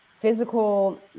physical